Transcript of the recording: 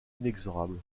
inexorable